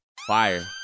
FIRE